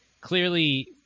clearly